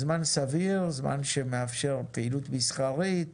זמן סביר, זמן שמאפשר פעילות מסחרית